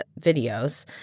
videos